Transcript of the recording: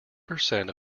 percent